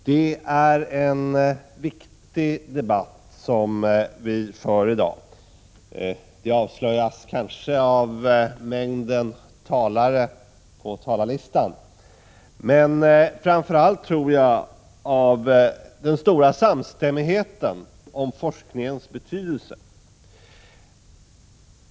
Herr talman! Det är en viktig debatt som vi för i dag. Det avslöjas kanske av mängden talare på talarlistan men framför allt, tror jag, av den stora samstämmigheten om forskningens betydelse.